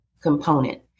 component